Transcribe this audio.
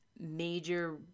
major